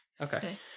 Okay